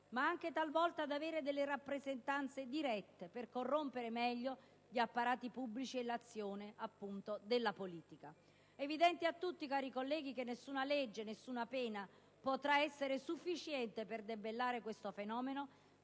ma anche, talvolta, ad avere delle rappresentanze dirette per corrompere meglio gli apparati pubblici e l'azione appunto della politica. È evidente a tutti, cari colleghi, che nessuna legge e nessuna pena potranno essere sufficiente per debellare questo fenomeno